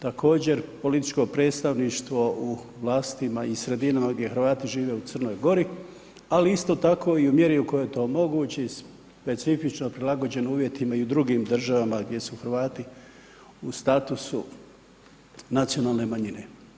Također političko predstavništvo u vlastima i sredinama gdje Hrvati žive u Crnog Gori, ali isto tako i u mjeri u kojoj to omogući specifično prilagođeno uvjetima i u drugim državama gdje su Hrvati u statusu nacionalne manjine.